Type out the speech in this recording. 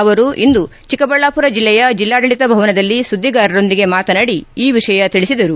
ಅವರು ಇಂದು ಚಿಕ್ಕಬಳ್ಳಾಪುರ ಜಿಲ್ಲೆಯ ಜಿಲ್ಲಾಡಳಿತ ಭವನದಲ್ಲಿ ಸುದ್ದಿಗಾರರೊಂದಿಗೆ ಮಾತನಾಡಿ ಈ ವಿಷಯ ತಿಳಿಸಿದರು